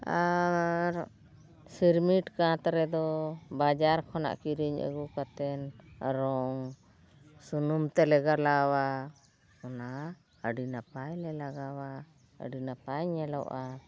ᱟᱨ cement ᱠᱟᱛ ᱨᱮᱫᱚ ᱵᱟᱡᱟᱨ ᱠᱷᱚᱱᱟᱜ ᱠᱤᱨᱤᱧ ᱟᱹᱜᱩ ᱠᱟᱛᱮᱱ ᱨᱚᱝ ᱥᱩᱱᱩᱢ ᱛᱮᱞᱮ ᱜᱟᱞᱟᱣᱟ ᱚᱱᱟ ᱟᱹᱰᱤ ᱱᱟᱯᱟᱭ ᱞᱮ ᱞᱟᱜᱟᱣᱟ ᱟᱹᱰᱤ ᱱᱟᱯᱟᱭ ᱧᱮᱞᱚᱜᱼᱟ